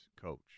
coach